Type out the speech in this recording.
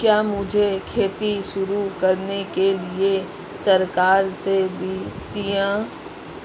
क्या मुझे खेती शुरू करने के लिए सरकार से वित्तीय